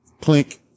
Clink